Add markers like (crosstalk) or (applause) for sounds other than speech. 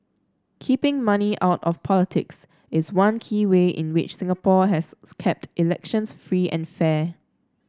keeping money out of politics is one key way in which Singapore has (unintelligible) kept elections free and fair